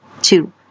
two